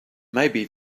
maybe